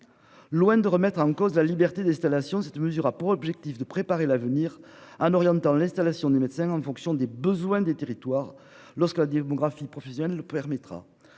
Loin de remettre en cause la liberté d'installation. Cette mesure a pour objectif de préparer l'avenir en orientant l'installation des médecins en fonction des besoins des territoires lorsque la démographie professionnelle permettra.